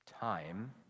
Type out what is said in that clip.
time